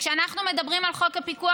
וכשאנחנו מדברים על חוק הפיקוח,